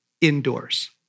indoors